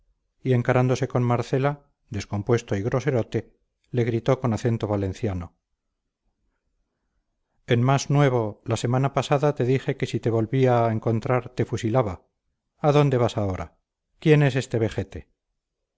y encarándose con marcela descompuesto y groserote le gritó con acento valenciano en mas nuevo la semana pasada te dije que si te volvía a encontrar te fusilaba a dónde vas ahora quién es este vejete